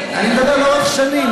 אני מדבר לאורך שנים,